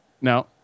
No